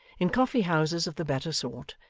in coffee-houses of the better sort,